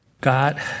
God